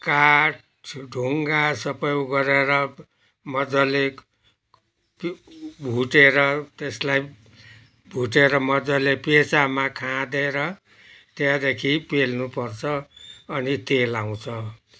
काठ ढुङ्गा सबै उ गरेर मज्जाले भुटेर त्यसलाई भुटेर मज्जाले पेचामा खाँदेर त्यहाँदेखि पेल्नु पर्छ अनि तेल आउँछ